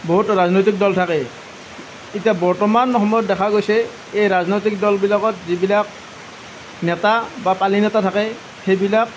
বহুত ৰাজনৈতিক দল থাকে এতিয়া বৰ্তমান সময়ত দেখা গৈছে এই ৰাজনৈতিক দলবিলাকত যিবিলাক নেতা বা পালিনেতা থাকে সেইবিলাক